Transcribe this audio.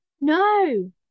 No